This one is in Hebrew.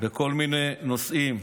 בכל מיני נושאים,